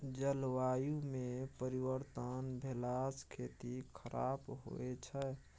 जलवायुमे परिवर्तन भेलासँ खेती खराप होए छै